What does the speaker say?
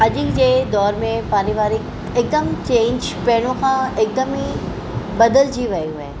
अॼु जे दौरु में पारिवारीक़ु हिकदमि चेंज पहिरियों खां हिकदमि ई बदलजी वियो आहे